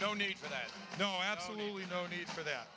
no need for that